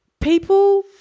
People